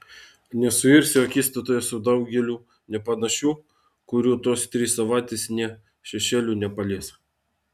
nesuirsiu akistatoje su daugeliu nepanašių kurių tos trys savaitės nė šešėliu nepalies